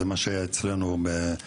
זה מה שהיה אצלנו בזמנו.